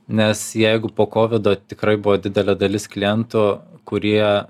nes jeigu po kovido tikrai buvo didelė dalis klientų kurie